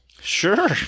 Sure